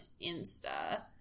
Insta